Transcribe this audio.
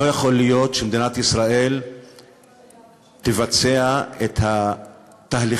לא יכול להיות שמדינת ישראל תבצע את התהליכים